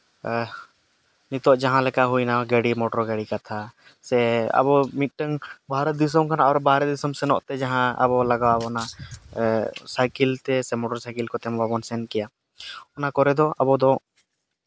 ᱱᱤᱛᱚᱜ ᱡᱟᱦᱟᱸ ᱞᱮᱠᱟ ᱦᱩᱭᱱᱟ ᱜᱟᱹᱰᱤ ᱢᱚᱴᱚᱨ ᱜᱟᱹᱰᱤ ᱠᱟᱛᱷᱟ ᱥᱮ ᱟᱵᱚ ᱢᱤᱫᱴᱟᱝ ᱵᱷᱟᱨᱚᱛ ᱫᱤᱥᱚᱢ ᱠᱟᱱᱟ ᱟᱨ ᱵᱟᱦᱨᱮ ᱫᱤᱥᱚᱢ ᱥᱮᱱᱚᱜ ᱛᱮ ᱡᱟᱦᱟᱸ ᱟᱵᱚ ᱞᱟᱜᱟᱣ ᱵᱚᱱᱟ ᱥᱟᱭᱠᱮᱞ ᱛᱮ ᱥᱮ ᱢᱚᱴᱚᱨ ᱥᱟᱭᱠᱮᱞ ᱠᱚᱛᱮ ᱢᱟ ᱵᱟᱵᱚᱱ ᱥᱮᱱ ᱠᱮᱭᱟ ᱚᱱᱟ ᱠᱚᱨᱮ ᱫᱚ ᱟᱵᱚ ᱫᱚ